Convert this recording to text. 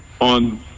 on